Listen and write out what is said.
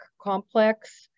complex